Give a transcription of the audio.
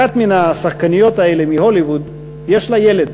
אחת מהשחקניות האלה, מהוליווד, יש לה ילד.